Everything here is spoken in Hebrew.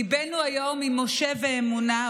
ליבנו היום עם משה ואמונה,